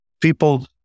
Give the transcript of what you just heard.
people